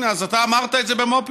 אז אתה אמרת את זה במו פיך.